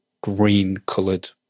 green-coloured